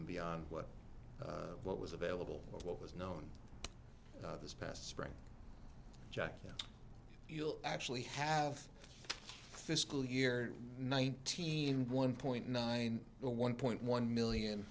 and beyond what what was available what was known this past spring jacket you'll actually have fiscal year nineteen one point nine one point one million